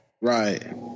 right